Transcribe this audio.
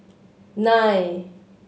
nine